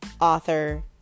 author